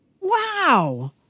Wow